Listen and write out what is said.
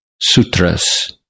Sutras